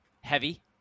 heavy